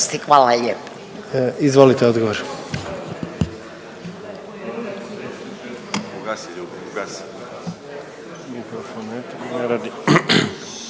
Hvala vam. Izvolite odgovor.